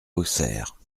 auxerre